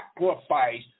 sacrifice